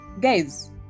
guys